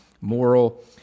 moral